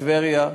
טבריה,